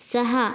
सहा